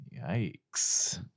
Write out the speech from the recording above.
yikes